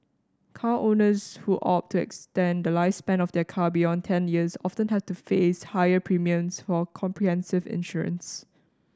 car owners who opt to extend the lifespan of their car beyond ten years often have to face higher premiums for comprehensive insurance